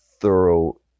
thorough